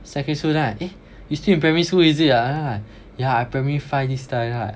secondary school then I eh you still in primary school is it ah yeah I primary five this time ah